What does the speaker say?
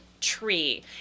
tree